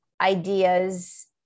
ideas